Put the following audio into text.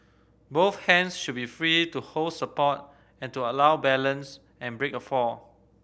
both hands should be free to hold support and to allow balance and break a fall